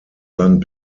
land